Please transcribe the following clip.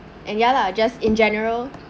and ya lah just in general